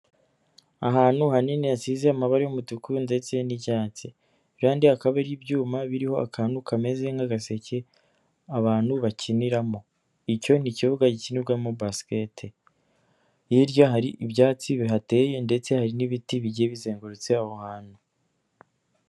Ahantu hanini hasize amabara y'umutuku ndetse n'icyatsi, ku ruhande hakaba ibyuma biriho akantu kameze nk'agaseke abantu bakiniramo, icyo ni ikibuga gikinirwamo basikete hirya hari ibyatsi bihateye ndetse hari n'ibiti bigiye bizengurutse aho hantu.